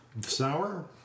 Sour